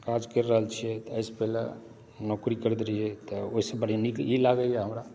काज कए रहल छियै तऽ एहिसँ पहिने नौकरी करैत रहिए तैँ ओहिसँ बढ़िआँ ओहिसँ नीक ई लागैए हमरा